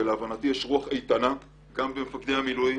להבנתי יש רוח איתנה גם במפקדי המילואים